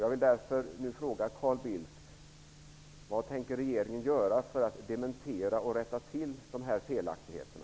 Jag vill därför fråga Carl Bildt: Vad tänker regeringen göra för att dementera och rätta till dessa felaktigheter?